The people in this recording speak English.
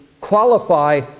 qualify